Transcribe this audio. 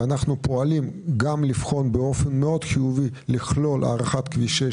אנחנו פועלים גם לבחון באופן מאוד חיובי לכלול הארכת כביש 6